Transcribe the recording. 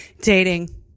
Dating